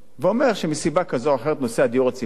ואומר שמסיבה כזאת או אחרת,